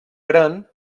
pren